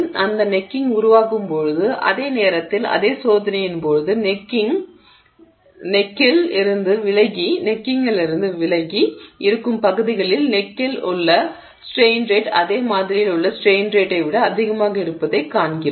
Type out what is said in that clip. அந்த கழுத்து உருவாகும்போது அதே நேரத்தில் அதே சோதனையின் போது கழுத்தில் இருந்து விலகி இருக்கும் பகுதிகளில் கழுத்தில் உள்ள ஸ்ட்ரெய்ன் ரேட் அதே மாதிரியில் உள்ள ஸ்ட்ரெய்ன் ரேட்டை விட அதிகமாக இருப்பதைக் காண்கிறோம்